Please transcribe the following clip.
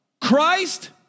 Christ